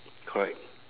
correct